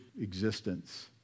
existence